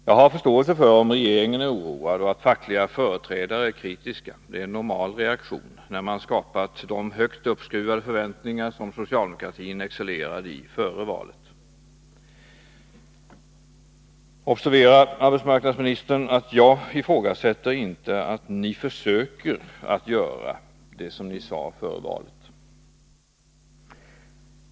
Jag har förståelse för om regeringen är oroad och att fackliga företrädare är kritiska, det är en normal reaktion när man har skapat de högt uppskruvade förväntningar som socialdemokratin excellerade i före valet. Observera, arbetsmarknadsministern, att jag inte ifrågasätter att ni försöker att göra det som ni sade före valet.